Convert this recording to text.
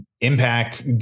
impact